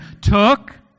took